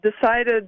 decided